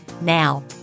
Now